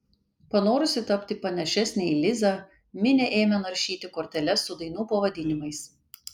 panorusi tapti panašesnė į lizą minė ėmė naršyti korteles su dainų pavadinimais